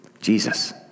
jesus